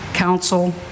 Council